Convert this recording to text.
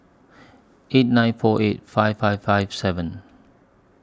eight nine four eight five five five seven